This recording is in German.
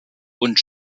und